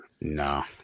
No